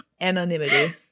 anonymity